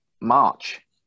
March